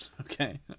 Okay